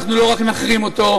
אנחנו לא רק נחרים אותו,